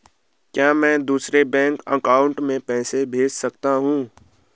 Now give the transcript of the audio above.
क्या मैं दूसरे बैंक अकाउंट में पैसे भेज सकता हूँ?